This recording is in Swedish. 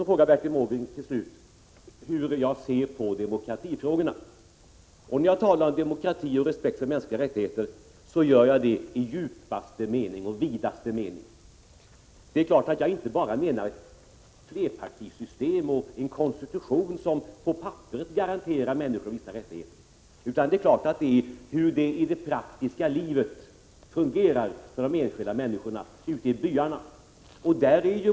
Till slut: Bertil Måbrink ville ha min uppfattning om demokratifrågorna. När jag talar om demokrati och respekt för mänskliga rättigheter, gör jag det i djupaste och vidaste mening. Naturligtvis avser jag då inte bara flerpartisystem och en konstitution som på papperet garanterar människorna vissa rättigheter. Det är klart att det handlar om hur det i det praktiska livet fungerar för de enskilda människorna ute i byarna.